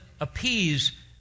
appease